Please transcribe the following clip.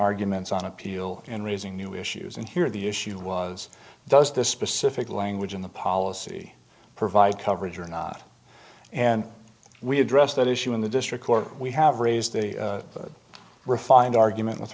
arguments on appeal and raising new issues and here the issue was does the specific language in the policy provide coverage or not and we address that issue in the district court we have raised the refined argument with